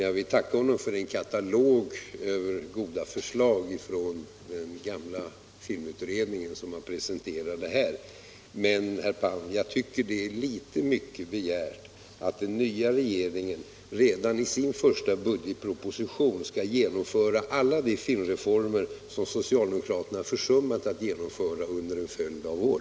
Jag vill tacka honom för den katalog över goda förslag från den gamla filmutredningen som han presenterade här. Men, herr Palm, jag tycker att det är väl mycket begärt att den nya regeringen redan i sin första budgetproposition skall genomföra alla de filmreformer som socialdemokraterna försummat att genomföra under en följd av år.